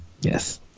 Yes